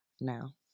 now